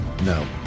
no